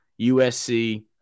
USC